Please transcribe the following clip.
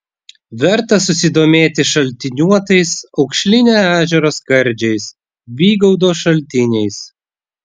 verta susidomėti šaltiniuotais aukšlinio ežero skardžiais bygaudo šaltiniais